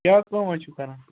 کیٛاہ کٲم حظ چھُو کَران